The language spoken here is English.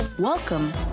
Welcome